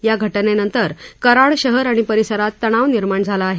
या घटनेनंतर कराड शहर आणि परिसरात तणाव निर्माण झाला आहे